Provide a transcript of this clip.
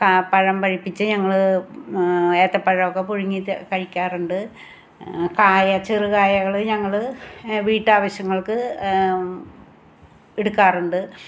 പഴം പഴുപ്പിച്ച് ഞങ്ങൾ ഏത്തപ്പഴമൊക്കെ പുഴുങ്ങി കഴിക്കാറുണ്ട് കായ ചെറു കായകൾ ഞങ്ങൾ വീട്ടാവിശ്യങ്ങൾക്ക് എടുക്കാറുണ്ട്